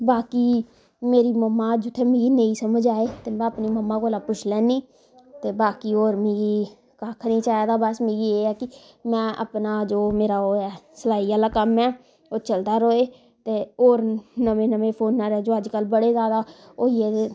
बाकी मेरी मम्मा जुत्थे मिगी नेईं समझ आए ते मैं अपनी मम्मा कोला पुच्छी लैन्नी ते बाकी होर मिगी कक्ख नी चाहिदा बस मिगी एह् ऐ की में अपना जो मेरा ओह् ऐ सिलाई आह्ला कम्म ऐ ओह् चलदा रवै ते होर नमें नमें फोना परा ते अज्ज कल्ल बड़े ज्यादा होई गेदे